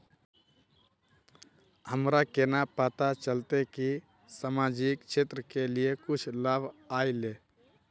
हमरा केना पता चलते की सामाजिक क्षेत्र के लिए कुछ लाभ आयले?